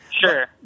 Sure